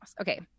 Okay